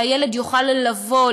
שהילד יוכל לבוא,